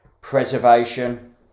preservation